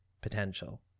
potential